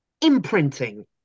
imprinting